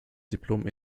diplom